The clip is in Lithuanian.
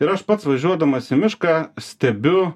ir aš pats važiuodamas į mišką stebiu